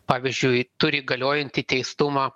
pavyzdžiui turi galiojantį teistumą